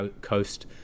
coast